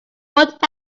what